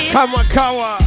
Kamakawa